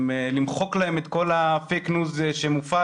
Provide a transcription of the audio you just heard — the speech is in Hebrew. למחוק להם את כל הפייק ניוז שמופץ,